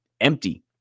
empty